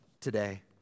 today